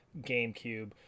gamecube